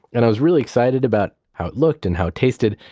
and i was really excited about how it looked and how tasted.